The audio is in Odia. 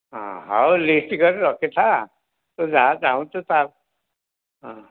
ହଁ ହଉ ଲିଷ୍ଟ୍ କରି ରଖିଥା ତୁ ଯାହା ଚାହୁଁଛୁ ତାହା ହଁ